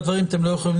אני לא מוכן לחצי שנה.